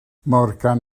morgan